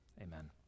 Amen